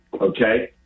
okay